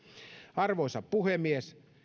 arvoisa puhemies